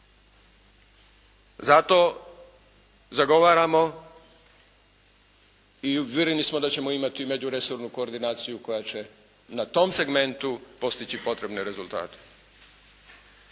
Zato zagovaramo i uvjereni smo da ćemo imati međuresornu koordinaciju koja će na tom segmentu postići potrebne rezultate.